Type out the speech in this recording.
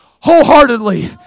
wholeheartedly